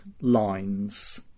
lines